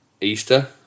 Easter